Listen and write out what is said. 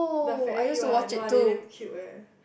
the fairy one !wah! they damn cute eh